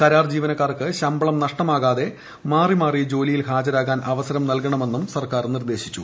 കരാർ ജീവനക്കാർക്ക് ശമ്പളം നഷ്ടമാക്കാതെ മാറി മാറി ജോലിയിൽ ഹാജരാകാൻ അവസരം നൽകണമെന്നും സർക്കാർ നിർദ്ദേശിച്ചു